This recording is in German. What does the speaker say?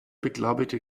beglaubigte